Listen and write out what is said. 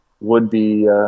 would-be